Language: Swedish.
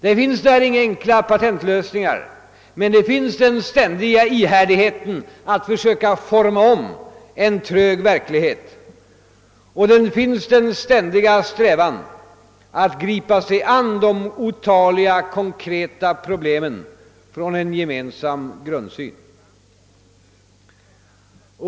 Det finns därvidlag inga enkla patentlösningar, men det finns den ständiga ihärdigheten att försöka forma om en trög verklighet och den ständiga strävan att gripa sig an de otaliga konkreta problemen från en gemensam grundsyn.